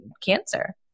cancer